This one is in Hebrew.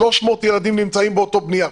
300 ילדים נמצאים באותו בניין.